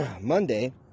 Monday